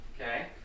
Okay